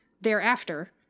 thereafter